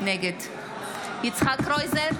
נגד יצחק קרויזר,